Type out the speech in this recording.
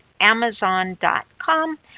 amazon.com